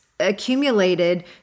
accumulated